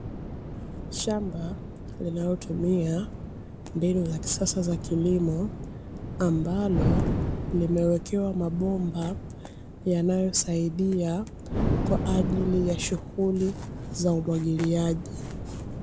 Shamba linalotumia mbinu za kisasa za kilimo ambalo limewekewa mabomba yanayosaidia kwa ajili ya shughuli za umwagiliaji.